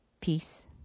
Peace